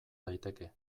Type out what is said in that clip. daiteke